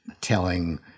telling